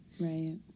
Right